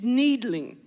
needling